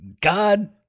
God